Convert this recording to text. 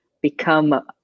become